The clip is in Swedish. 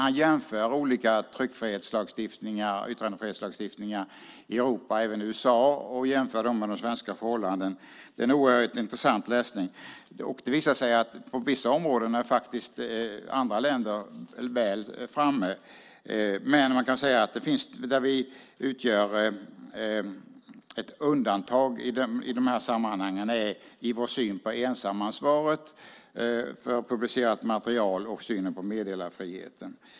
Han jämför olika tryck och yttrandefrihetslagstiftningar i Europa och USA med svenska förhållanden. Det är oerhört intressant läsning. Det visar sig att på vissa områden är andra länder väl framme. Vi utgör ett undantag i de här sammanhangen i vår syn på ensamansvaret för publicerat material och vår syn på meddelarfriheten.